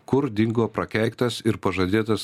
kur dingo prakeiktas ir pažadėtas